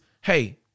hey